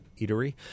eatery